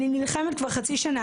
אני נלחמת כבר חצי שנה,